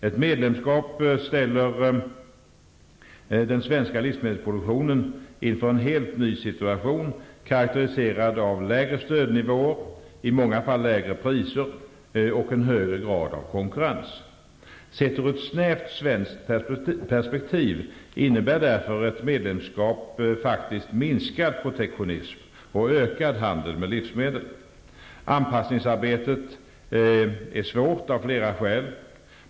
Ett medlemskap ställer den svenska livsmedelsproduktionen inför en helt ny situation karakteriserad av lägre stödnivåer, i många fall lägre priser och en högre grad av konkurrens. Sett ur ett snävt svenskt perspektiv innebär därför ett medlemskap faktiskt minskad protektionism och ökad handel med livsmedel. Anpassningsarbetet är svårt av flera skäl.